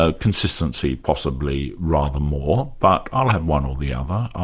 ah consistency possibly rather more, but i'll have one or the other,